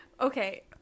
okay